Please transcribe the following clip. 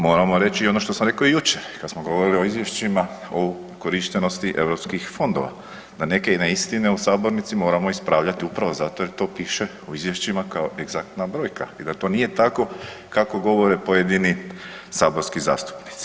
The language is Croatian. Moramo reći i ono što sam rekao i jučer kad smo govorili o izvješćima o korištenosti europskih fondova da neke neistine u sabornici moramo ispravljati upravo zato jer to piše u izvješćima kao egzaktna brojka i da to nije tako kako govore pojedini saborski zastupnici.